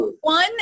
one